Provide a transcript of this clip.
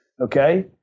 Okay